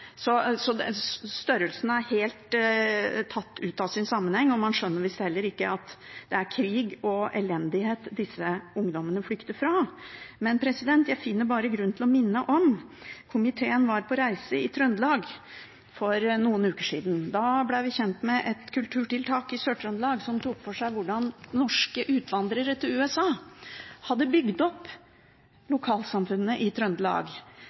så størrelsen er tatt helt ut av sin sammenheng. Man skjønner visst heller ikke at det er krig og elendighet disse ungdommene flykter fra. Jeg finner bare grunn til å minne om at komiteen var på reise i Trøndelag for noen uker siden. Da ble vi kjent med et kulturtiltak i Sør-Trøndelag som tok for seg hvordan norske utvandrere til USA hadde bygd opp lokalsamfunnene i Trøndelag.